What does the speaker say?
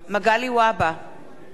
נגד עינת וילף,